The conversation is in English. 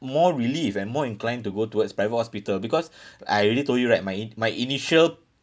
more relieved and more inclined to go towards private hospital because I already told you right my i~ my initial